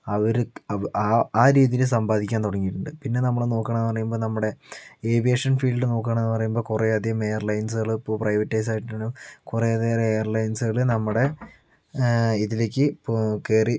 അവർ ആ ആ രീതിയില് സമ്പാദിക്കാൻ തുടങ്ങിയിട്ടുണ്ട് പിന്നെ നമ്മൾ നോക്കുകയാണെന്ന് പറയുമ്പോൾ നമ്മുടെ ഏവിയേഷൻ ഫീൽഡ് നോക്കുകയാണെന്ന് പറയുമ്പോൾ കുറേ അധികം എയർലൈൻസുകള് ഇപ്പോൾ പ്രൈവറ്റൈസ് ആയിട്ട് തന്നെ കുറേ അധികം എയർലൈൻസുകൾ നമ്മുടെ ഇതിലേക്ക് ഇപ്പോൾ കയറി